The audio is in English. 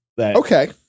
Okay